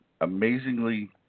amazingly